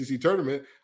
tournament